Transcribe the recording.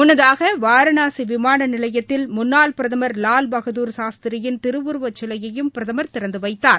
முன்னதாகவாரணாசிவிமானநிலையத்தில் முன்னாள் பிரதமர் லாவ்பகதுர் சாஸ்திரியின் திருவுருவச் சிலையையும் பிரதமர் திறந்துவைத்தார்